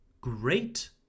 Great